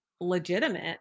legitimate